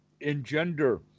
engender